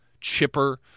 chipper